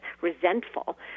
resentful